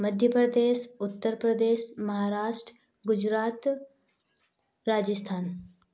Madhya Pradesh Uttar Pradesh Maharashtra Gujarat Rajasthan